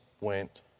went